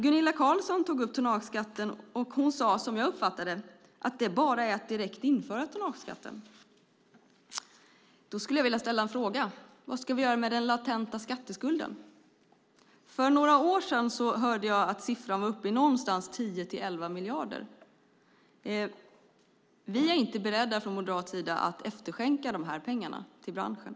Gunilla Carlsson tog upp tonnageskatten och sade, som jag uppfattade det, att det bara är att direkt införa den skatten. Då skulle jag vilja ställa en fråga: Vad ska vi göra med den latenta skatteskulden? För några år sedan hörde jag att siffran var uppe någonstans kring 10-11 miljarder. Från moderat sida är vi inte beredda att efterskänka de pengarna till branschen.